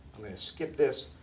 skip this.